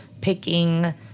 picking